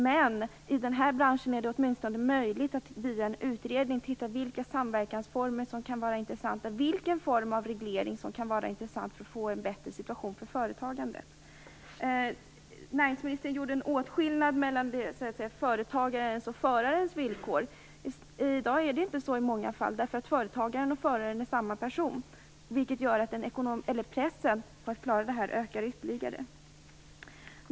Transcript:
Men i denna bransch är det åtminstone möjligt att via en utredning se vilka samverkansformer som kan vara intressanta och vilken form av reglering som kan vara intressant för att få en bättre situation för företagandet. Näringsministern gjorde en åtskillnad mellan företagarens och förarens villkor. I dag finns denna åtskillnad i många fall inte, därför att företagaren och föraren är samma person, vilket gör att pressen på att klara detta ökar ytterligare.